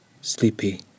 sleepy